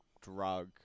drug